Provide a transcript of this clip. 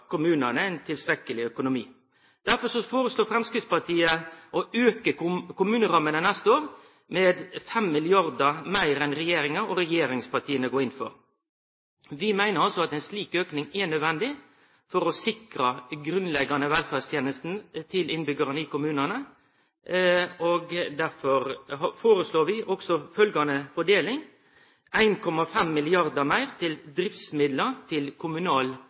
kommunane ein tilstrekkeleg økonomi. Derfor foreslår Framstegspartiet å auke kommunerammene neste år med 5 mrd. kr meir enn det regjeringa og regjeringspartia går inn for. Vi meiner at ein slik auke er nødvendig for å sikre grunnleggjande velferdstenester til innbyggjarane i kommunane, og derfor foreslår vi også følgjande fordeling: 1,5 mrd. kr meir i driftsmidlar til kommunal eldreomsorg 1 mrd. kr meir øyremerkt grunnskulen 300 mill. kr meir til kommunal